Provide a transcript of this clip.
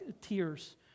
tears